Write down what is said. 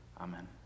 Amen